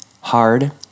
Hard